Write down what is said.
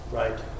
right